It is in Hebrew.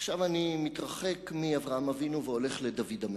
עכשיו אני מתרחק מאברהם אבינו והולך לדוד המלך.